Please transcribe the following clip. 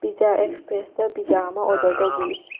pizza express pizza ꯑꯃ order ꯇꯧꯕꯤꯌꯨ